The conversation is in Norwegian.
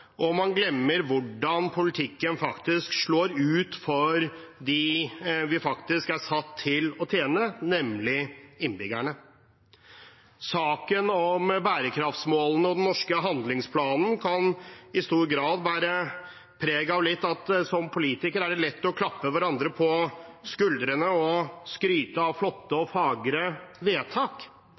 og man glemmer hvordan politikken faktisk slår ut for dem vi er satt til å tjene, nemlig innbyggerne. Saken om bærekraftsmålene og den norske handlingsplanen kan i stor grad bære preg av at det som politikere er lett å klappe hverandre på skuldrene og skryte av flotte og fagre vedtak